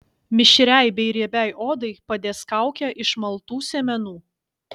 mišriai bei riebiai odai padės kaukė iš maltų sėmenų